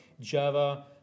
Java